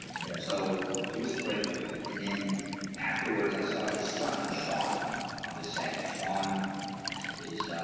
yeah, so it was quick and then afterwards i saw his son sean on the set sean is ah,